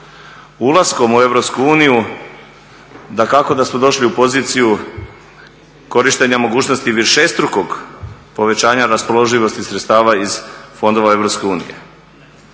Ulaskom u EU dakako da smo došli u poziciju korištenja mogućnosti višestrukog povećanja raspoloživosti sredstava iz fondova EU.